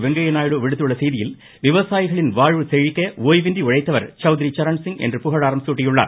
வெங்கைய நாயுடு விடுத்துள்ள செய்தியில் விவசாயிகளின் வாழ்வு செழிக்க ஓய்வின்றி உழைத்தவர் சவுத்ரி சரன்சிங் என்று புகழாரம் சூட்டியுள்ளார்